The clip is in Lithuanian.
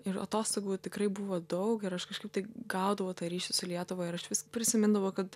ir atostogų tikrai buvo daug ir aš kažkaip tai gaudavau tą ryšį su lietuva ir aš vis prisimindavau kad